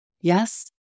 Yes